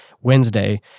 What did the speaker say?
Wednesday